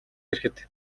ирэхэд